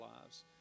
lives